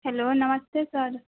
hello नमस्ते sir